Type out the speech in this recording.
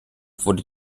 wurde